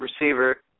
receiver